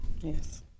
Yes